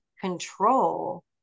control